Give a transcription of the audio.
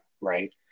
right